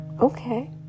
okay